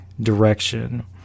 direction